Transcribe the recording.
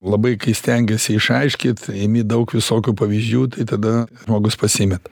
labai kai stengiesi išaiškyt imi daug visokių pavyzdžių tai tada žmogus pasimeta